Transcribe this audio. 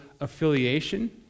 affiliation